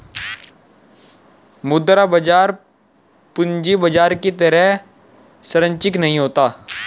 मुद्रा बाजार पूंजी बाजार की तरह सरंचिक नहीं होता